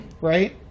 right